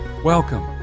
Welcome